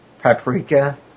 Paprika